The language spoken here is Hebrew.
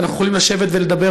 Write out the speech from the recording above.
ואנחנו יכולים לשבת ולדבר,